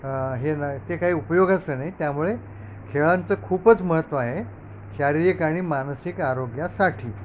हे हे ते काही उपयोगाचं नाई त्यामुळे खेळांचं खूपच महत्व आहे शारीरिक आणि मानसिक आरोग्यासाठी